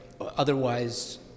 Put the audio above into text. Otherwise